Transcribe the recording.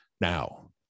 now